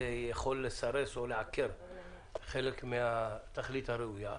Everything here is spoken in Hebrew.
זה יכול לסרס או לעקר חלק מהתכלית הראויה,